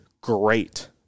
great